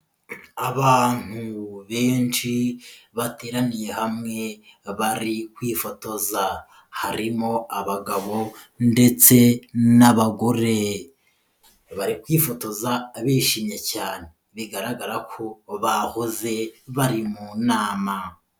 Abantu benshi bateraniye hamwe bari kwifotoza, harimo abagabo ndetse n'abagore, bari kwifotoza bishimye cyane, bigaragara ko bahoze bari mu nama.